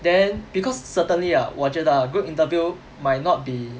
then because certainly ah 我觉得 ah group interview might not be